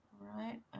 right